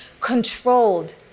controlled